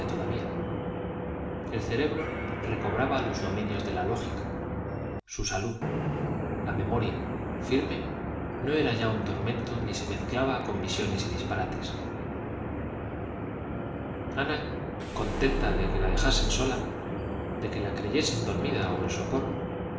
todavía el cerebro recobraba los dominios de la lógica su salud la memoria firme no era ya un tormento ni se mezclaba con visiones y disparates ana contenta de que la dejasen sola de que la creyesen dormida o en sopor